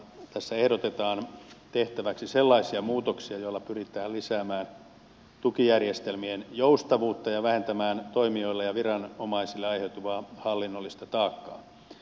tässä ehdotetaan tehtäväksi sellaisia muutoksia joilla pyritään lisäämään tukijärjestelmien joustavuutta ja vähentämään toimijoille ja viranomaisille aiheutuvaa hallinnollista taakkaa